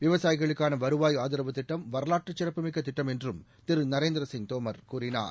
விவசாயிகளுக்கான வருவாய் ஆதரவு திட்டம் வரலாற்று சிறப்புமிக்க திட்டம் என்றும் திரு நரேந்திரசிங் தோமர் கூறினார்